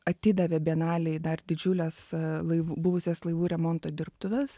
atidavė bienalei dar didžiules laivų buvusias laivų remonto dirbtuves